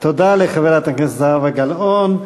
תודה לחברת הכנסת זהבה גלאון.